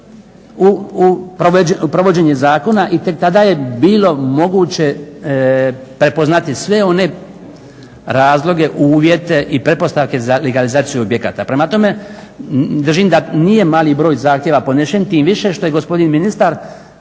u provođenje zakona i tek tada je bilo moguće prepoznati sve one razloge, uvjete i pretpostavke za legalizaciju objekata. Prema tome, držim da nije mali broj zahtjeva podnesen tim više što je gospodin ministar